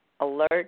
alert